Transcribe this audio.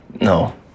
No